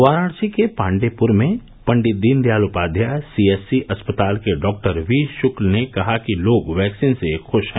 वाराणसी के पाण्डेय पुर में पंडित दीनदयाल उपाध्याय सीएचसी अस्पताल के डॉक्टर वी शुक्ल ने कहा कि लोग वैक्सीन से खुश हैं